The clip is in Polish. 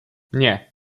nie